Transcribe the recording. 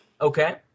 Okay